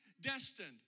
destined